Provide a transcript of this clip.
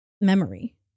memory